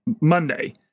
Monday